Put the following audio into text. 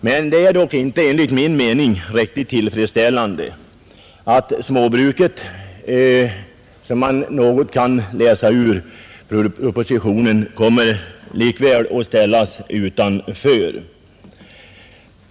Men det är enligt min mening inte riktigt tillfredsställande att småbruket — som man i någon mån kan läsa ut ur propositionen — likväl kommer att ställas utanför.